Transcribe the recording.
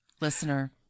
Listener